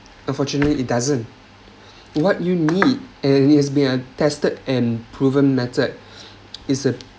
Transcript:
unfortunately it doesn't what you need and it has been tested and proven method is a